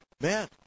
man